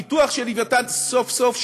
הפיתוח של "לווייתן" סוף-סוף,